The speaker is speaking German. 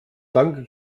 danke